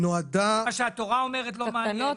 מה שהתורה אומרת לא מעניין,